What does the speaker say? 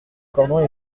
cordons